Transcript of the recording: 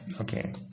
okay